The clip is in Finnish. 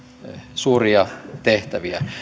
suuria tehtäviä